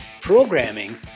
Programming